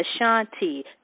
Ashanti